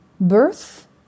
birth